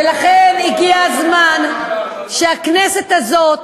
ולכן הגיע הזמן שהכנסת הזאת